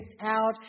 out